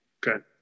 Good